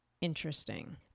interesting